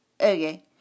okay